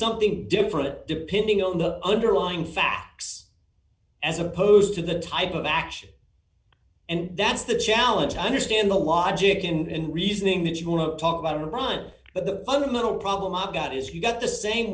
something different depending on the underlying facts as opposed to the type of action and that's the challenge to understand the logic and reasoning that you want to talk about iran but the fundamental problem i've got is you've got the sa